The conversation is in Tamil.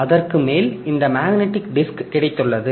அதற்கு மேல் இந்த மேக்னெட்டிக் டிஸ்க் கிடைத்துள்ளது